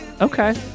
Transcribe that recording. Okay